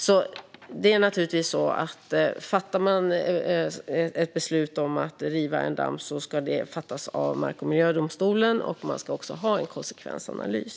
Det är alltså naturligtvis så att ett beslut om att riva en damm ska fattas av mark och miljödomstolen. Det ska också finnas en konsekvensanalys.